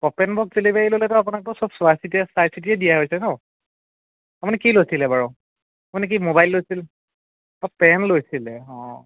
open box delivery ল'লেতো আপোনাকতো চব চুৱাই চিটিয়ে চাই চিটিয়ে দিয়া হৈছে ন আপুনি কি লৈছিলে বাৰু মানে কি মোবাইল লৈছিল অ' পেণ্ট লৈছিলে অঁ